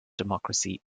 democracy